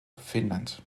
finland